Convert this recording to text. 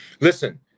listen